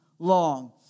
long